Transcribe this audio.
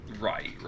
right